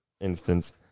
instance